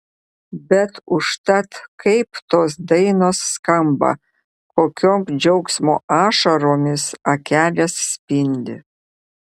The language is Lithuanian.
bet užtat kaip tos dainos skamba kokiom džiaugsmo ašaromis akelės spindi